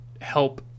help